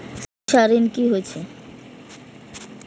शिक्षा ऋण की होय छै?